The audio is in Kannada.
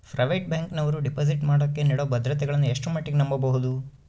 ಪ್ರೈವೇಟ್ ಬ್ಯಾಂಕಿನವರು ಡಿಪಾಸಿಟ್ ಮಾಡೋಕೆ ನೇಡೋ ಭದ್ರತೆಗಳನ್ನು ಎಷ್ಟರ ಮಟ್ಟಿಗೆ ನಂಬಬಹುದು?